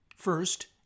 First